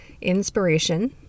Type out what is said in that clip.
inspiration